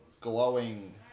Glowing